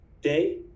day